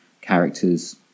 character's